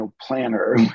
planner